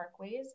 parkways